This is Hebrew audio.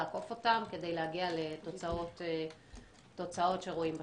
לעקוף אותם כדי להגיע לתוצאות שרואים בשטח.